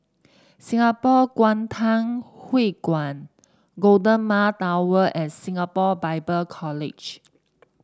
Singapore Kwangtung Hui Kuan Golden Mile Tower and Singapore Bible College